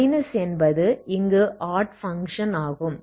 minus என்பது இங்கு add function ஆகும்